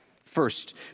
First